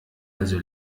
also